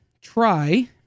try